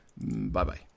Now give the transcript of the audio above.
bye-bye